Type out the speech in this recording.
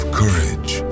courage